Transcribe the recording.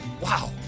Wow